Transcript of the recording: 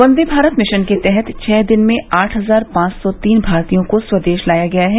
वंदे Bharat mission के तहत छः दिन में आठ हजार पांच सौ तीन भारतीयों को स्वदेश लाया गया है